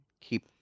keep